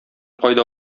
кайда